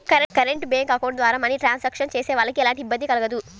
current bank account ద్వారా money transactions చేసేవాళ్ళకి ఎలాంటి ఇబ్బంది కలగదు